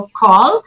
call